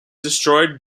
destroyed